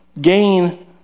gain